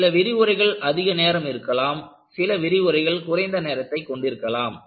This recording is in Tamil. சில விரிவுரைகள் அதிக நேரம் இருக்கலாம் சில விரிவுரைகள் குறைந்த நேரத்தை கொண்டிருக்கலாம்